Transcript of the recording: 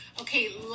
Okay